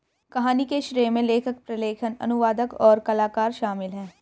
कहानी के श्रेय में लेखक, प्रलेखन, अनुवादक, और कलाकार शामिल हैं